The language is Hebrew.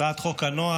הצעת חוק הנוער.